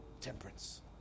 temperance